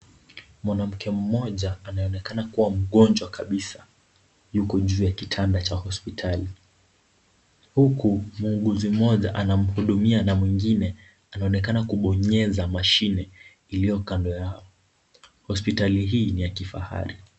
Mwanamke mmoja anaonekana kuwa mgonjwa kabisa yuko juu ya kitanda cha hospitali huku muuguzi mmoja anamhudumia anaonekana kubonyeza mashine iliyo kando yao. Hospitali hii ni ya kifahari.